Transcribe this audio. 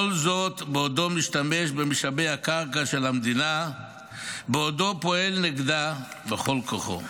כל זאת בעודו משתמש במשאבי הקרקע של המדינה בעודו פועל נגדה בכל כוחו.